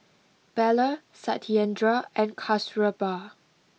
Bellur Satyendra and Kasturba